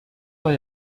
war